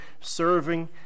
serving